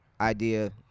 idea